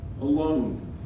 alone